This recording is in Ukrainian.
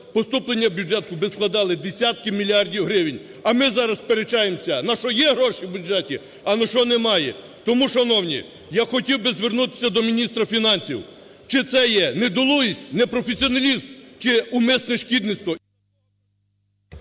поступлення в бюджет би складали десятки мільярдів гривень, а ми зараз сперечаємося, на що є гроші в бюджеті, а на що немає. Тому, шановні, я хотів би звернутися до міністра фінансів: чи це є недолугість, непрофесіоналізм, чи умисне шкідництво…